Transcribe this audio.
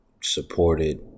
supported